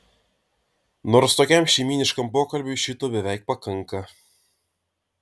nors tokiam šeimyniškam pokalbiui šito beveik pakanka